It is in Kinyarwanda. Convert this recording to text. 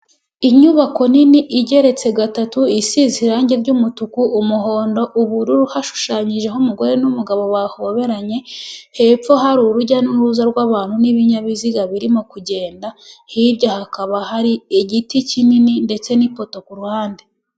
Inyubako nini igeretse gatatu isize irangi ry'umutuku, umuhondo, ubururu, hashushanyijeho umugore n'umugabo bahoberanye, hepfo hari urujya n'uruza rw'abantu n'ibinyabiziga birimo kugenda, hirya hakaba hari igiti kinini ndetse n'ipoto ku ruhande.